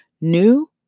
new